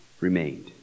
remained